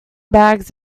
bags